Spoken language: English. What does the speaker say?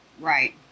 Right